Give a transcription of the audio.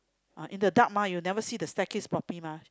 uh in the dark mah you never see the staircase properly mah